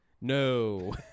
No